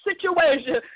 situation